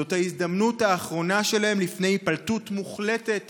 זאת ההזדמנות האחרונה שלהם לפני היפלטות מוחלטת